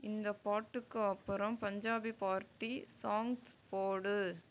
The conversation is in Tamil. இந்தப் பாட்டுக்கு அப்புறம் பஞ்சாபி பார்ட்டி சாங்ஸ் போடு